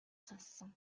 сонссон